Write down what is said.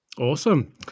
Awesome